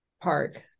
Park